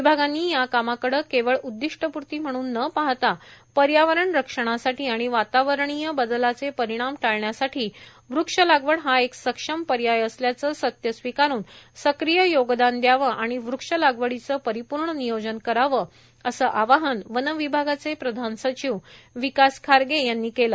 विभागांनी या कामाकडे केवळ उद्दिष्टपूर्ती म्हणून न पाहता पर्यावरण रक्षणासाठी आणि वातावरणीय बदलाचे परिणाम टाळण्यासाठी वृक्ष लागवड हा एक सक्षम पर्याय असल्याचं सत्य स्वीकारून सक्रिय योगदान दयावं आणि वृक्ष लागवडीचं परिपूर्ण नियोजन करावं असं आवाहन वन विभागाचे प्रधान सचिव विकास खारगे यांनी केलं